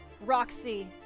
Roxy